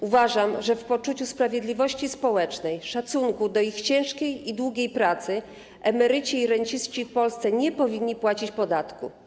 Uważam, że w poczuciu sprawiedliwości społecznej, szacunku do ich ciężkiej i długiej pracy, emeryci i renciści w Polsce nie powinni płacić podatku.